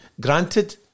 Granted